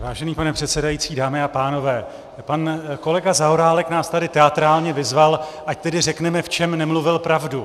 Vážený pane předsedající, dámy a pánové, pan kolega Zaorálek nás tady teatrálně vyzval, ať tedy řekneme, v čem nemluvil pravdu.